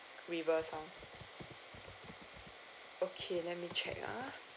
river sound okay let me check ah